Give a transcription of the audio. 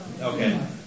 okay